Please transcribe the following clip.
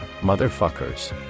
motherfuckers